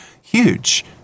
huge